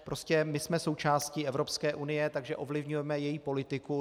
Prostě my jsme součástí Evropské unie, takže ovlivňujeme její politiku.